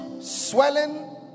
Swelling